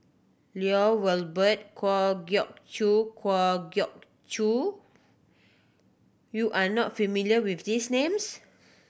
Lloy Valberg Kwa Geok Choo Kwa Geok Choo you are not familiar with these names